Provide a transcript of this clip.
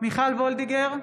מיכל וולדיגר,